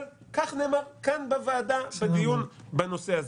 כך נאמר כאן בוועדה בדיון בנושא הזה.